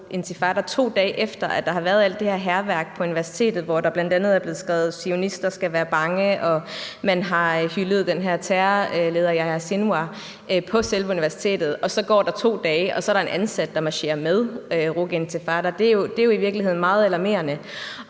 2 dage efter der har været alt det her hærværk på universitetet, hvor der bl.a. er blevet skrevet, at zionister skal være bange, og hvor man har hyldet den her terrorleder Yahya Sinwar på selve universitetet. Så går der 2 dage, og så er der en ansat, der marcherer med RUC Intifada. Det er jo i virkeligheden meget alarmerende.